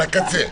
על הקצה.